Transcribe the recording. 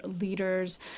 leaders